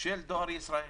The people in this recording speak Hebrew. של דואר ישראל,